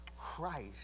Christ